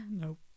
nope